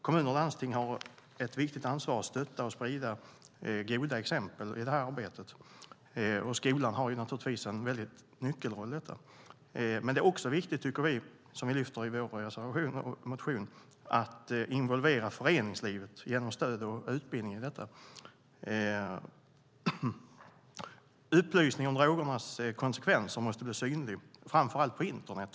Kommuner och landsting har ett viktigt ansvar att stötta och sprida goda exempel i detta arbete, och skolan har naturligtvis en nyckelroll i detta. Vi tycker dock också, vilket vi lyfter fram i vår reservation och motion, att det är viktigt att involvera föreningslivet genom stöd och utbildning i detta. Upplysningar om drogernas konsekvenser måste bli synliga, framför allt på internet.